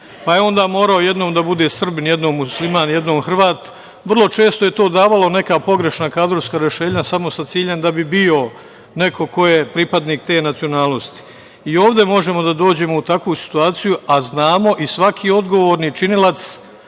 pa je onda morao jednom da bude Srbin, jednom musliman, jednom Hrvat. Vrlo često je to davalo neka pogrešna kadrovska rešenja, samo sa ciljem da bi bio neko ko je pripadnik te nacionalnosti. I ovde možemo da dođemo u takvu situaciju, a znamo i svaki odgovorni činilac